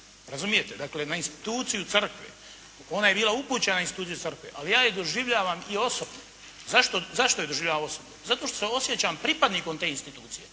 razumijete, dakle na instituciju crkve. Ona je bila upućena iz tuđe crkve, ali ja je doživljavam i osobno. Zašto je doživljavam osobno? Zato što se osjećam pripadnikom te institucije